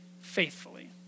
faithfully